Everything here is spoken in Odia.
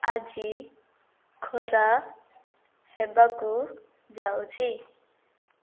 ଆଜି ଖରା ହେବାକୁ ଯାଉଛି